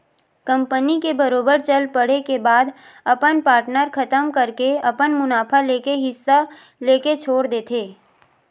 company के बरोबर चल पड़े के बाद अपन पार्टनर खतम करके अपन मुनाफा लेके हिस्सा लेके छोड़ देथे